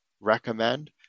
recommend